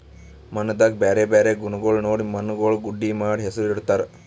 ಮಣ್ಣದಾಗ್ ಬ್ಯಾರೆ ಬ್ಯಾರೆ ಗುಣಗೊಳ್ ನೋಡಿ ಮಣ್ಣುಗೊಳ್ ಗುಡ್ಡಿ ಮಾಡಿ ಹೆಸುರ್ ಇಡತ್ತಾರ್